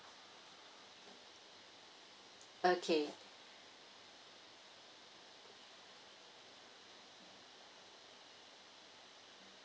okay